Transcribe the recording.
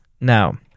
Now